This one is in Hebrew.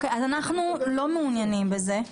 אנחנו לא מעוניינים בזה.